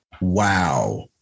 Wow